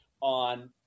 on